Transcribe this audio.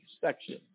section